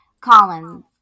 Collins